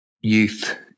youth